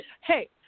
hey